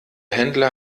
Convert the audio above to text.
händler